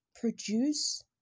produce